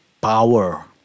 power